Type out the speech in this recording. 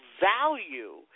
value